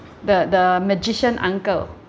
the the magician uncle